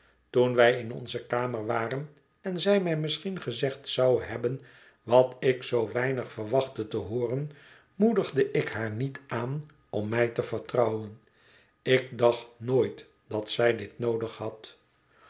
toen wij in onze kamer waren en zij mij misschien gezegd zou hebben wat ik zoo weinig verwachtte te hooren moedigde ik haar niet aan om mij te vertrouwen ik dacht nooit dat zij dit noodig had